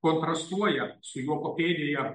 kontrastuoja su jo papėdėje